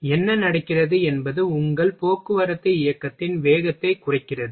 எனவே என்ன நடக்கிறது என்பது உங்கள் போக்குவரத்து இயக்கத்தின் வேகத்தை குறைக்கிறது